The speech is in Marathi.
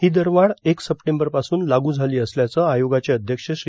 ही दरवाढ एक सप्टेंबरपासून लागू झाली असल्याचं आयोगाचे अध्यक्ष श्री